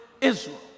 Israel